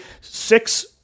six